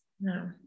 no